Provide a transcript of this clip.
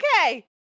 Okay